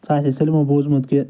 سُہ آسہِ ہے سٲلِمو بوٗزمُت کہِ